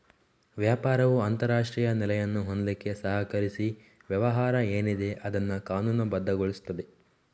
ವ್ಯಾಪಾರವು ಅಂತಾರಾಷ್ಟ್ರೀಯ ನೆಲೆಯನ್ನು ಹೊಂದ್ಲಿಕ್ಕೆ ಸಹಕರಿಸಿ ವ್ಯವಹಾರ ಏನಿದೆ ಅದನ್ನ ಕಾನೂನುಬದ್ಧಗೊಳಿಸ್ತದೆ